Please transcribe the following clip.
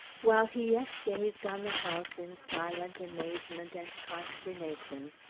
while he yet gazed on the house in silent amazement and consternation,